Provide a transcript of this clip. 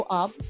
up